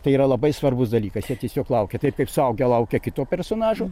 tai yra labai svarbus dalykas jie tiesiog laukia taip kaip suaugę laukia kito personažo